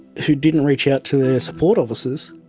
who didn't reach out to their support officers